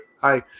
Hi